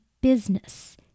business